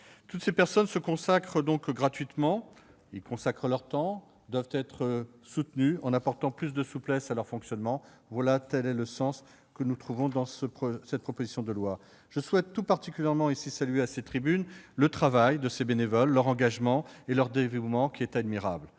Toutes ces personnes consacrent donc gratuitement de leur temps. Elles doivent être soutenues. Il faut apporter plus de souplesse à leur fonctionnement. Tel est l'intérêt que nous voyons dans cette proposition de loi. Je souhaite tout particulièrement saluer à cette tribune le travail de ces bénévoles, leur engagement et leur dévouement, qui est admirable.